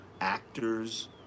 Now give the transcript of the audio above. actors